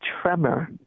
tremor